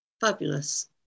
Fabulous